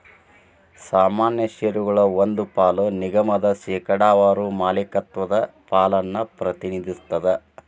ಸಾಮಾನ್ಯ ಷೇರಗಳ ಒಂದ್ ಪಾಲ ನಿಗಮದ ಶೇಕಡಾವಾರ ಮಾಲೇಕತ್ವದ ಪಾಲನ್ನ ಪ್ರತಿನಿಧಿಸ್ತದ